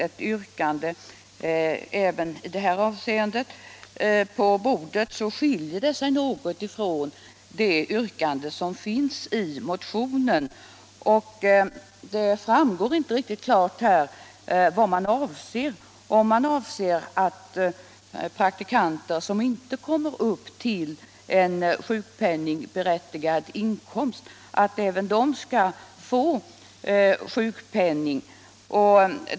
Det yrkande som herr Franzén lagt på riksdagens bord i det här avseendet skiljer sig något från det yrkande som finns i motionen. Det framgår inte riktigt klart om man avser att även praktikanter som inte kommer upp till en sjukpenningberättigad inkomst skall få sjukpenning.